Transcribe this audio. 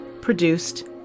produced